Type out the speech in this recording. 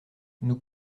nous